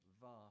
vast